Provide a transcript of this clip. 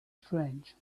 strange